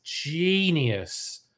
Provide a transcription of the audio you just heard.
genius